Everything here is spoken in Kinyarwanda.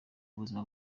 buzima